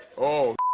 oh!